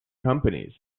companies